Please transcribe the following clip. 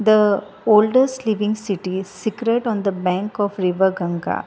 the oldest living city secret on the bank of river Ganga